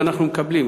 ואנחנו מקבלים,